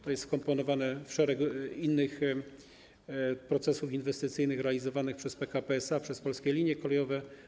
To jest wkomponowane w szereg innych procesów inwestycyjnych realizowanych przez PKP SA, przez Polskie Linie Kolejowe.